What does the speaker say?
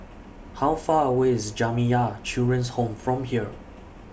How Far away IS Jamiyah Children's Home from here